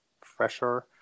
Fresher